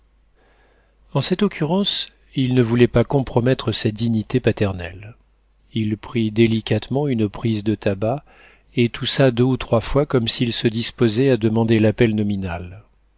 en cette occurrence il ne voulait pas compromettre sa dignité paternelle il prit délicatement une prise de tabac et toussa deux ou trois fois comme s'il se disposait à demander l'appel nominal